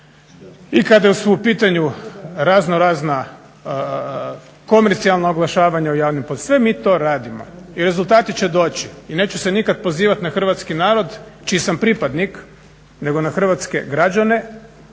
i kada su u pitanju raznorazna komercijalna oglašavanja u javnim, sve mi to radimo i rezultati će doći i neću se nikad pozivat na hrvatski narod čiji sam pripadnik nego na hrvatske građane